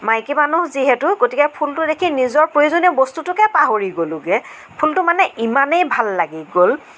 মাইকী মানুহ যিহেতু গতিকে ফুলটো দেখি নিজৰ প্ৰয়োজনীয় বস্তুটোকে পাহৰি গ'লোগৈ ফুলটো মানে ইমানেই ভাল লাগি গ'ল